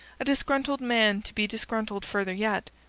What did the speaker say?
a disgruntled man to be disgruntled further yet.